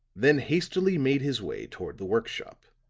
then hastily made his way toward the work-shop.